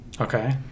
Okay